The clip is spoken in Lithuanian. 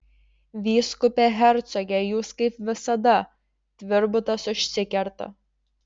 vyskupe hercoge jūs kaip visada tvirbutas užsikerta